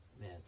Man